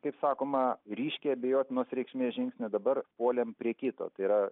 kaip sakoma ryškiai abejotinos reikšmės žingsnį dabar puolėm prie kito tai yra